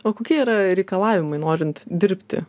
o kokie yra reikalavimai norint dirbti